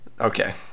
Okay